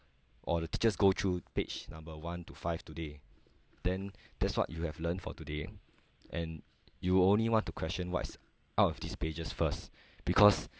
or the teachers go through page number one to five today then that's what you have learned for today and you only want to question what's out of these pages first because